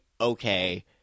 Okay